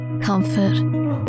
comfort